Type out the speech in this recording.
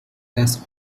thus